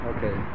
Okay